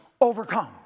Overcome